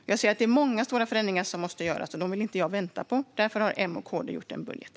Det måste göras många stora förändringar, och dem vill inte jag vänta på. Därför har M och KD en gemensam budget.